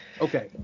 Okay